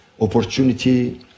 opportunity